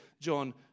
John